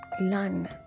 Learn